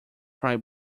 cry